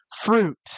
fruit